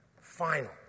final